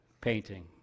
painting